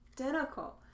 identical